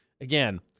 again